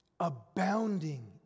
abounding